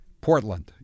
Portland